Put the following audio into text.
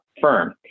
firm